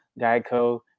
Geico